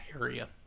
area